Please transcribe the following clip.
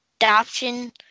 adoption